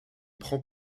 prend